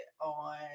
on